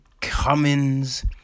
Cummins